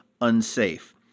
unsafe